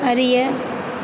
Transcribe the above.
அறிய